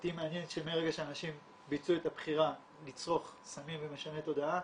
אותי מעניין שמרגע שאנשים ביצעו את הבחירה לצרוך סמים ומשני תודעה